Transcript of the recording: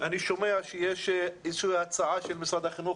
אני שומע שיש איזושהי הצעה של משרד החינוך,